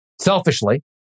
Selfishly